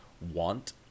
want